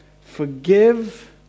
forgive